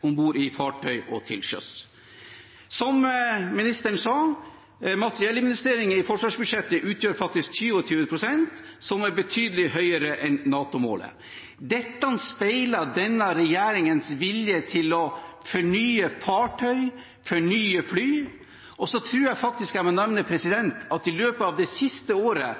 om bord i fartøy og til sjøs. Som ministeren sa, utgjør materiellinvesteringer i forsvarsbudsjettet 27 pst, noe som er betydelig høyere enn NATO-målet. Dette speiler denne regjeringens vilje til å fornye fartøy og fornye fly. Jeg tror også jeg må nevne at i løpet av det siste året